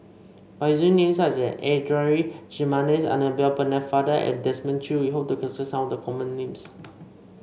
by using names such as Adan Jimenez Annabel Pennefather and Desmond Choo we hope to capture some of the common names